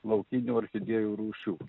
laukinių orchidėjų rūšių